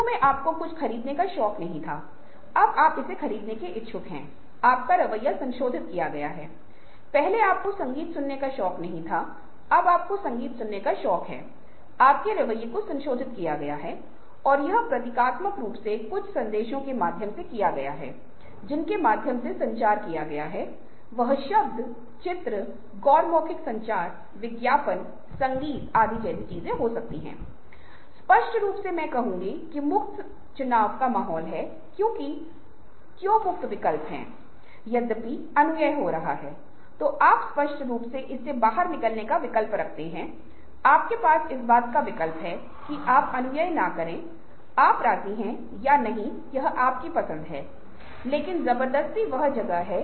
यदि आप करना चाहते हैं तो आपने कुछ क्यों नहीं किया है और फिर आप रणनीतियों की जांच करे और जब आप भविष्य में इसी तरह की समस्या का सामना करते हैं तो आप असफल नौकरी को एक सफल में कैसे बदल सकते हैं क्योंकि आप काम कर रहे हैं आप अपनी नौकरी को बेहतर तरीके से जानते हैं आप पर्यावरण सेटिंग्स को जानते हैं और आप अपने परिवेश को जानते हैं